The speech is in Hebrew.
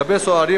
לגבי סוהרים,